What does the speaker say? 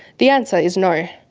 the answer is no.